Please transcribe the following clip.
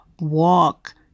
walk